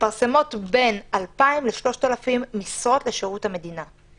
מתפרסמות בין 2,000 ל-3,000 משרות לשירות המדינה.